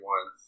One